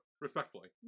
respectfully